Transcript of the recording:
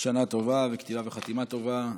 שנה טובה, וכתיבה וחתימה טובה.